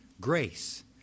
grace